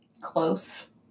Close